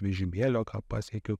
vežimėlio ką pasiekiau